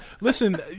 Listen